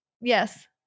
yes